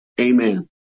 Amen